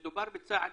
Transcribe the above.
מדובר בצעד,